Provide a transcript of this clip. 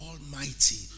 Almighty